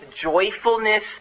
joyfulness